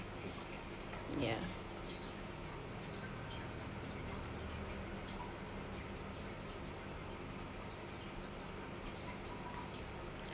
ya